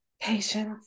Patience